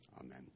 Amen